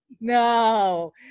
no